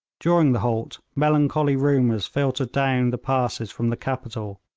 during the halt melancholy rumours filtered down the passes from the capital,